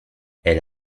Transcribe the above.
elle